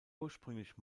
ursprünglich